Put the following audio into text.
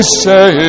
say